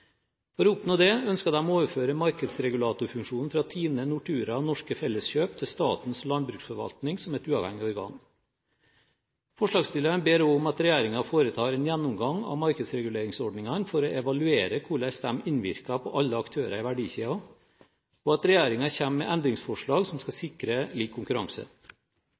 For å oppnå dette ønsker de å overføre markedsregulatorfunksjonen fra TINE, Nortura og Norske Felleskjøp til Statens landbruksforvaltning som et uavhengig organ. Forslagsstillerne ber også om at regjeringen foretar en gjennomgang av markedsreguleringsordningene for å evaluere hvordan disse innvirker på alle aktører i verdikjeden, og at regjeringen kommer med endringsforslag som skal sikre lik konkurranse.